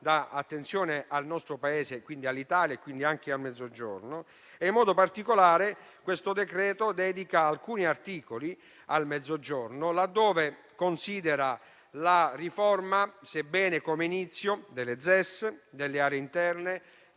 dà attenzione al nostro Paese, all'Italia tutta, quindi anche al Mezzogiorno. In modo particolare, il testo dedica alcuni articoli al Mezzogiorno laddove considera la riforma, sebbene come inizio, delle ZES, delle aree interne,